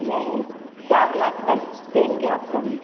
नहीं चार लाख तक देंगे आपको हम